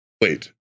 wait